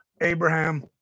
Abraham